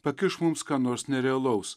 pakiš mums ką nors nerealaus